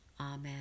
Amen